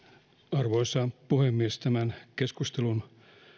arvoisa puhemies tämän keskustelun